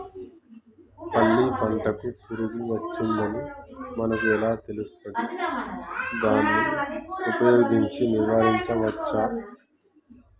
పల్లి పంటకు పురుగు వచ్చిందని మనకు ఎలా తెలుస్తది దాన్ని ఉపయోగించి నివారించవచ్చా?